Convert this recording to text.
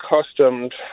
accustomed